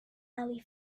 early